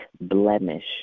blemish